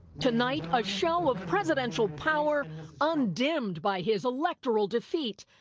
tonight a show of presidential power undimmed by his electoral defeat.